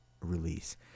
release